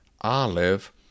Olive